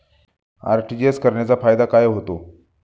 RTGS करण्याचा फायदा काय होतो?